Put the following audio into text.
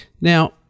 Now